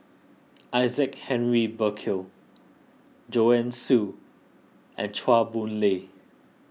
Isaac Henry Burkill Joanne Soo and Chua Boon Lay